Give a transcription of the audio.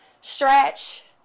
stretch